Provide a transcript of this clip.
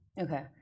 Okay